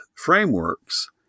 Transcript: frameworks